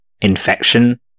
infection